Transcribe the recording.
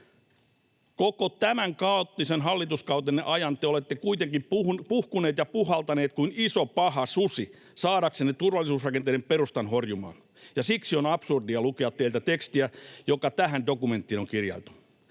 Koko tämän kaoottisen hallituskautenne ajan te olette kuitenkin puhkuneet ja puhaltaneet kuin Iso paha susi saadaksenne turvallisuusrakenteiden perustan horjumaan, ja siksi on absurdia lukea teiltä tekstiä, joka tähän dokumenttiin on kirjailtu.